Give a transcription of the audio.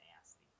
nasty